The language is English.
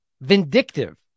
Vindictive